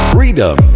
Freedom